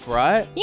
right